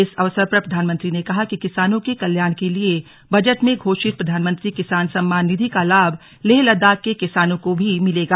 इस अवसर पर प्रधानमंत्री ने कहा कि किसानों के कल्याण के लिए बजट में घोषित प्रधानमंत्री किसान सम्मान निधि का लाभ लेह लद्दाख के किसानों को भी मिलेगा